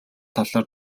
талаар